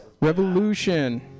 Revolution